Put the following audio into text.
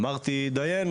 אמרתי דיינו,